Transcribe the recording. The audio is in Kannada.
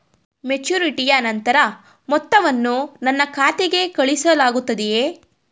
ಮೆಚುರಿಟಿಯ ನಂತರ ಮೊತ್ತವನ್ನು ನನ್ನ ಖಾತೆಗೆ ಕಳುಹಿಸಲಾಗುತ್ತದೆಯೇ?